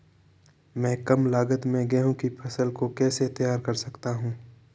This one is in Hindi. मैं कम लागत में गेहूँ की फसल को कैसे तैयार कर सकता हूँ?